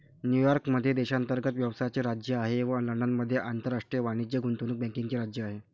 New York मध्ये देशांतर्गत व्यवसायाचे राज्य आहे व लंडनमध्ये आंतरराष्ट्रीय वाणिज्य गुंतवणूक बँकिंगचे राज्य आहे